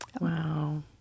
Wow